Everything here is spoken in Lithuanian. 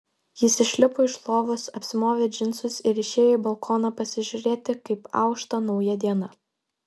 jis išlipo iš lovos apsimovė džinsus ir išėjo į balkoną pasižiūrėti kaip aušta nauja diena